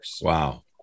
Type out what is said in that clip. Wow